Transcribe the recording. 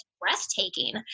breathtaking